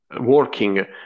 working